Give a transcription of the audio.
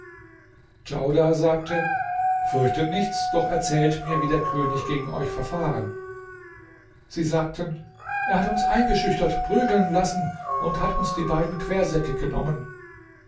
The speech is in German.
djaudar sagte fürchtet nichts doch erzählt mir wie der könig gegen euch verfahren sie sagten er hat uns eingeschüchtert prügeln lassen und hat uns die beiden quersäcke genommen